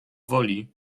woli